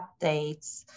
updates